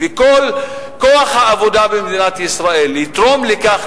ואם לא כל כוח העבודה במדינת ישראל יתרום לכך,